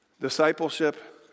Discipleship